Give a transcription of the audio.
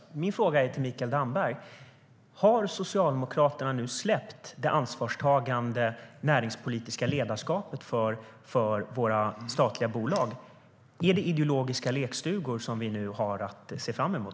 Därför är min fråga till Mikael Damberg om Socialdemokraterna nu har släppt det ansvarstagande näringspolitiska ledarskapet för våra statliga bolag. Är det ideologiska lekstugor vi har att se fram emot?